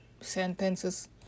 sentences